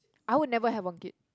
I would never have a kid